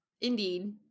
Indeed